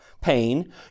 pain